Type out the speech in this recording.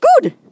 good